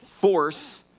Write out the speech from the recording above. force